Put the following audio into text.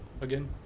again